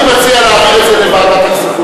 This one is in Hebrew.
אני מציע להעביר את זה לוועדת הכספים.